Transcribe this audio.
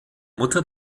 mutter